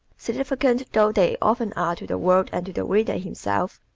significant though they often are to the world and to the reader himself.